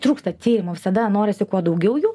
trūksta tyrimų visada norisi kuo daugiau jų